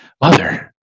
Mother